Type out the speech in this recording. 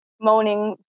moaning